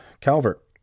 Calvert